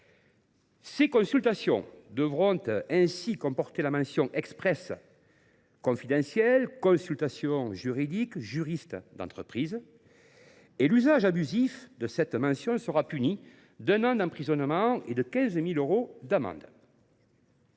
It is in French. de loi devront ainsi comporter la mention expresse « confidentiel – consultation juridique – juriste d’entreprise ». L’usage abusif de cette mention sera puni d’un an d’emprisonnement et de 15 000 euros d’amende.